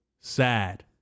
sad